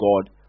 God